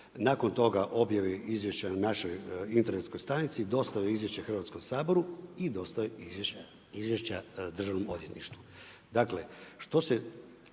nakon toga objave izvješća na našoj internetskoj stranici, dostava izvješća Hrvatskom saboru i dostava izvješća Državnom odvjetništvu. Dakle, što se